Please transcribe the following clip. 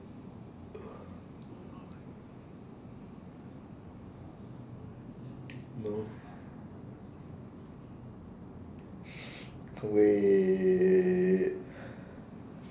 oh wait